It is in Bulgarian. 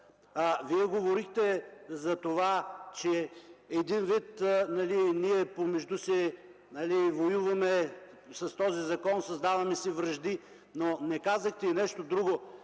Вие говорихте за това, че един вид ние помежду си воюваме с този закон, създаваме си вражди, но не казахте нещо друго,